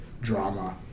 drama